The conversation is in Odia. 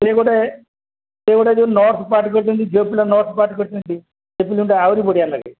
ସେ ଗୋଟେ ସେ ଗୋଟେ ଯୋଉ ନର୍ସ ପାର୍ଟ କରିଛନ୍ତି ଯୋଉ ପିଲା ନର୍ସ ପାର୍ଟ କରିଛନ୍ତି ସେ ଫିଲ୍ମଟା ଆହୁରି ବଢ଼ିଆ ଲାଗେ